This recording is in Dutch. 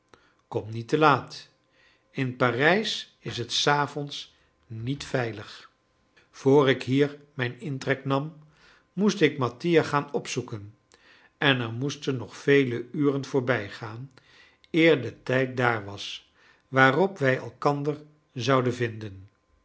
kom niet te laat in parijs is het s avonds niet veilig vr ik hier mijn intrek nam moest ik mattia gaan opzoeken en er moesten nog vele uren voorbijgaan eer de tijd daar was waarop wij elkander zouden vinden